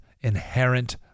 inherent